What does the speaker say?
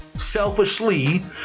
selfishly